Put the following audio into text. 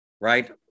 Right